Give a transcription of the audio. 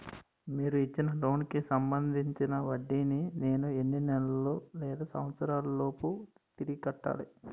మీరు ఇచ్చిన లోన్ కి సంబందించిన వడ్డీని నేను ఎన్ని నెలలు లేదా సంవత్సరాలలోపు తిరిగి కట్టాలి?